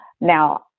Now